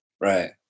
Right